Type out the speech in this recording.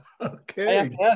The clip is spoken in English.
okay